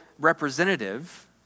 representative